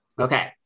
Okay